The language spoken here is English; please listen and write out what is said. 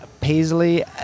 Paisley